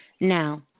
now